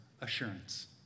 assurance